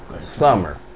Summer